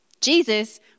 Jesus